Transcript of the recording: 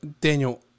Daniel